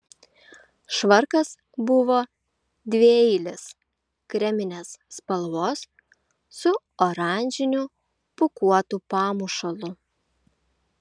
švarkas buvo dvieilis kreminės spalvos su oranžiniu pūkuotu pamušalu